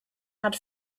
had